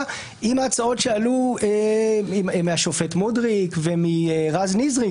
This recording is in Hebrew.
עם ההצעות שעלו מהשופט מודריק ומרז נזרי,